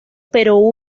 pero